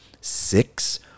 six